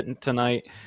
tonight